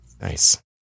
Nice